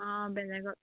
বেলেগত